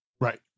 Right